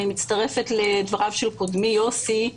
אני מצטרפת לדבריו של קודמי יוסי.